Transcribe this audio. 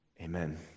Amen